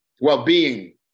well-being